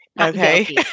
Okay